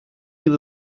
yılı